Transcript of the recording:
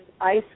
ice